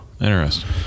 Interesting